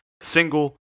single